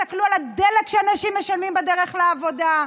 תסתכלו על הדלק שאנשים משלמים בדרך לעבודה,